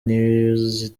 news